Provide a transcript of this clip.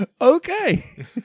okay